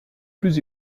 plus